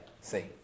See